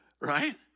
right